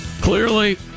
Clearly